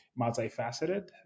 multifaceted